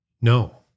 no